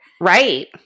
Right